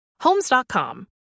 homes.com